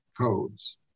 Codes